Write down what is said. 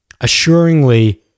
assuringly